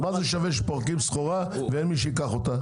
מה שווה שפורקים סחורה ואין מי שייקח אותה?